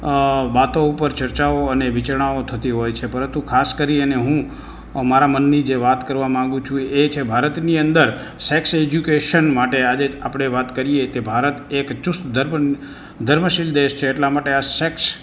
અ વાતો ઉપર ચર્ચાઓ અને વિચારણાઓ થતી હોય છે પરંતુ ખાસ કરી અને હું મારા મનની જે વાત કરવા માંગુ છું એ એ છે ભારતની અંદર સેક્સ એજ્યુકેશન માટે આજે આપણે વાત કરીએ કે ભારત એક ચુસ્ત ધર્મ ન ધર્મશીલ દેશ છે એટલાં માટે આ સેક્સ